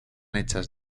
hechas